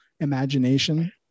imagination